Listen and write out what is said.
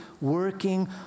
working